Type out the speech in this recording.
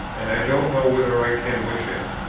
and i don't know whether i can wish it.